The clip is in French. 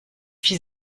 fils